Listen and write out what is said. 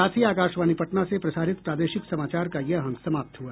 इसके साथ ही आकाशवाणी पटना से प्रसारित प्रादेशिक समाचार का ये अंक समाप्त हुआ